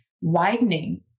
widening